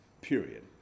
period